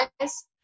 guys